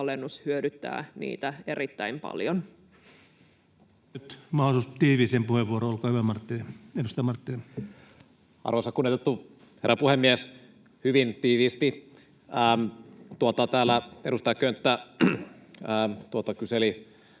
alvialennus hyödyttää niitä erittäin paljon. Nyt mahdollisuus tiiviisiin puheenvuoroihin. — Olkaa hyvä, edustaja Marttinen. Arvoisa, kunnioitettu herra puhemies! Hyvin tiiviisti. Täällä edustaja Könttä kyseli